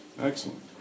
Excellent